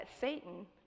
Satan